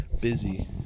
Busy